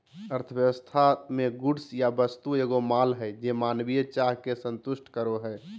अर्थव्यवस्था मे गुड्स या वस्तु एगो माल हय जे मानवीय चाह के संतुष्ट करो हय